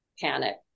panic